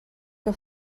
que